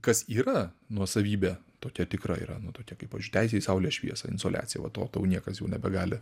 kas yra nuosavybė tokia tikra yra nu tokia kaip pavyzdžiui teisė į saulės šviesą insoliacija va to tau niekas jau nebegali